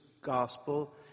gospel